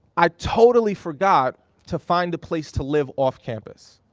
i totally forgot to find a place to live off campus.